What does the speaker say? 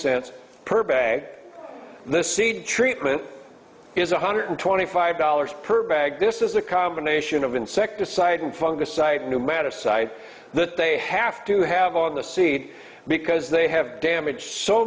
cents per bag the seed treatment is one hundred twenty five dollars per bag this is a combination of insecticide and fungus site new matter site that they have to have on the seed because they have damage so